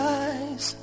eyes